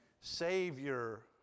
Savior